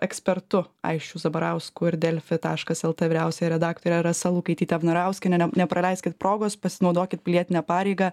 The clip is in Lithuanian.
ekspertu aisčiu zabarausku ir delfi taškas lt vyriausiąja redaktore rasa lukaityte vnarauskiene nepraleiskit progos pasinaudokit pilietine pareiga